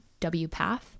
WPATH